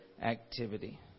activity